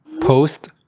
Post